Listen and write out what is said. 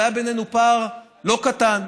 והיה בינינו פער לא קטן.